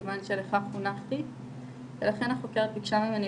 כיוון שלכך חונכתי ולכן החוקרת ביקשה ממני